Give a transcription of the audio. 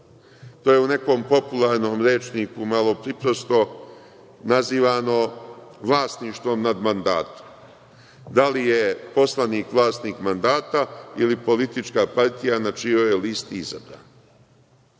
U nekom popularnom rečniku, malo priprosto, nazivano vlasništvo nad mandatom. Da li je poslanik vlasnik mandata ili politička partija na čijoj je listi izabran?